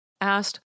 asked